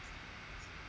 ya but